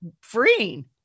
freeing